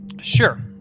Sure